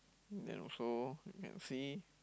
then also then you see